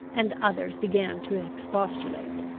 and others began to expostulate.